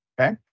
Okay